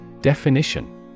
Definition